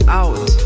out